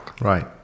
Right